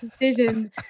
decision